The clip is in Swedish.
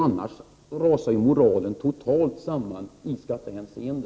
Annars rasar moralen totalt samman i skattehänseende.